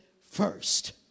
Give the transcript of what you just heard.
first